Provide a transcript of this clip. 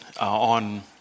on